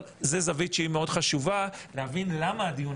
אבל זו זווית שהיא מאוד חשובה להבין למה הדיון